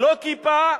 "לא כיפה,